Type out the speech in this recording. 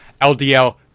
LDL